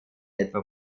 etwa